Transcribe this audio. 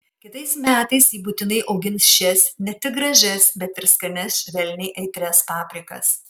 kitais metais ji būtinai augins šias ne tik gražias bet ir skanias švelniai aitrias paprikas